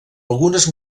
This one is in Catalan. algunes